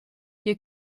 ihr